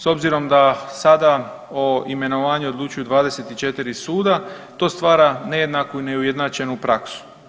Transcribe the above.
S obzirom da sada o imenovanju odlučuju 24 suda, to stvara nejednaku i neujednačenu praksu.